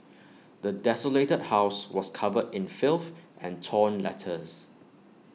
the desolated house was covered in filth and torn letters